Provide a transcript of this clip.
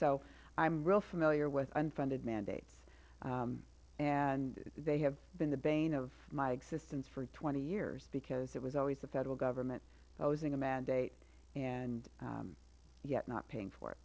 so i am real familiar with unfunded mandates and they have been the bane of my existence for twenty years because it was always the federal government imposing a mandate and yet not paying for it